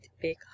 big